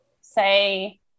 say